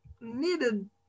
needed